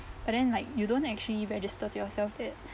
but then like you don't actually register to yourself that